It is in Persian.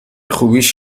خوبیش